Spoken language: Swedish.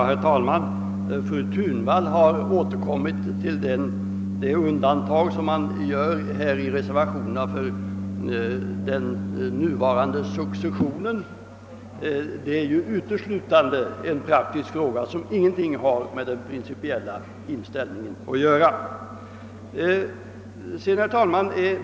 Herr talman! Fru Thunvall har återkommit till det undantag som man i re servationerna gör för den nuvarande successionen. Det är uteslutande en praktisk fråga som ingenting har med den principiella inställningen att göra.